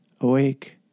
awake